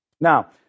Now